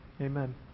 Amen